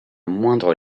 moindre